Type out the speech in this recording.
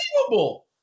Unbelievable